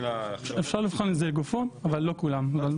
אפשר לבחון את זה לגופו אבל לא כולן.